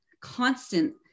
constant